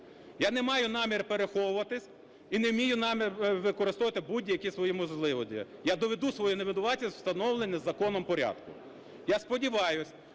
Я не маю намір переховуватись і не маю намір використовувати будь-які свої можливості. Я доведу свою невинуватість у встановленому законом порядку. Я сподіваюся,